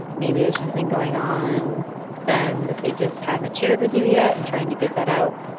maybe there's something going on them that they just haven't shared with you yet and trying to get that out.